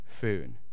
food